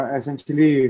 Essentially